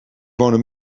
wonen